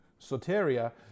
soteria